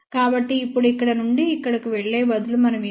కాబట్టి ఇప్పుడు ఇక్కడ నుండి ఇక్కడికి వెళ్ళే బదులు మనం ఏమి చేయాలి